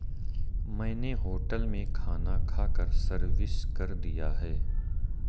मैंने होटल में खाना खाकर सर्विस कर दिया है